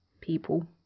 people